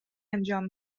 انجام